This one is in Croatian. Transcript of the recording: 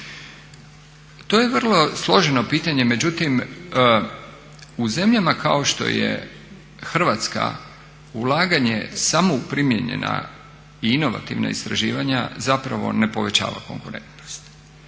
To je vrlo složeno pitanje, međutim u zemljama kao što je Hrvatska ulaganje samo u primijenjena i inovativna istraživanja zapravo ne povećava konkurentnost.